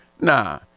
Nah